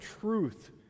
truth